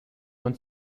non